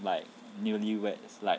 like newly weds like